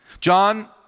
John